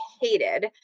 hated